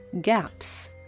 gaps